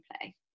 play